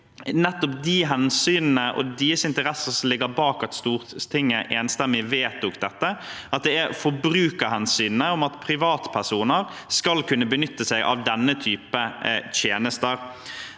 nettopp de hensynene og deres interesser som ligger bak at Stortinget enstemmig vedtok dette – forbrukerhensynet om at privatpersoner skal kunne benytte seg av denne type tjenester.